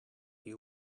you